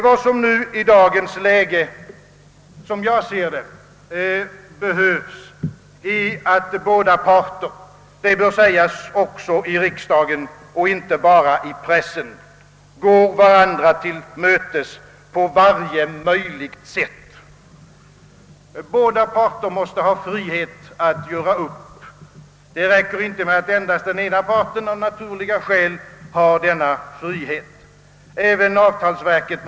Vad som i dagens läge behövs är, såsom jag ser det — och detta bör framhållas också i riksdagen, inte bara i pressen — att båda parter går varandra till mötes på varje möjligt sätt. Båda parter måste ha frihet att göra upp. Det räcker inte med att endast den ena av dem av naturliga skäl har en sådan frihet.